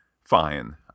fine